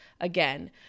again